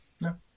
No